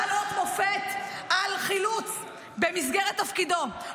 בעל אות מופת על חילוץ במסגרת תפקידו,